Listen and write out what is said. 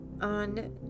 on